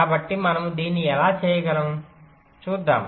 కాబట్టి మనము దీన్ని ఎలా చేయగలం చూద్దాం